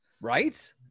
Right